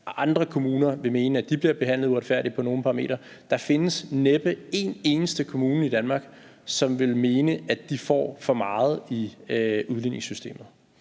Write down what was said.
andre kommuner vil mene, at de bliver behandlet uretfærdigt på nogle parametre. Der findes næppe en eneste kommune i Danmark, som vil mene, at de får for meget i udligningssystemet,